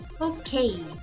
Okay